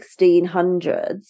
1600s